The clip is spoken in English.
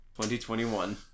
2021